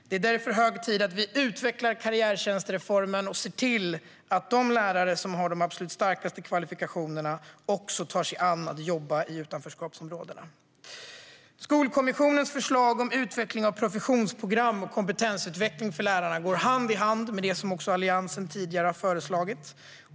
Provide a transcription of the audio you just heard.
Det är därför hög tid att vi utvecklar karriärtjänstreformen och ser till att de lärare som har de absolut starkaste kvalifikationerna tar sig an att jobba i utanförskapsområdena. Skolkommissionens förslag om utveckling av professionsprogram och kompetensutveckling för lärarna går hand i hand med det som också Alliansen tidigare har föreslagit.